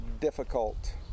difficult